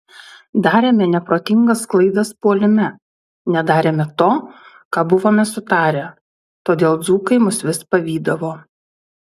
darėme neprotingas klaidas puolime nedarėme to ką buvome sutarę todėl dzūkai mus vis pavydavo